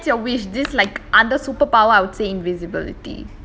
but that's your wish this like other super power I would say invisibility